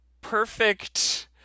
perfect